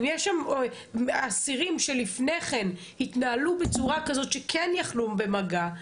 אם יש שם אסירים שלפני כן התנהלו בצורה כזאת שכן יכלו במגע,